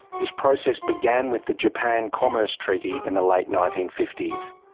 this process began with the japan commerce treaty in the late nineteen fifty s.